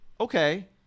Okay